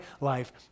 life